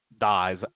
dies